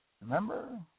Remember